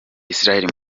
israel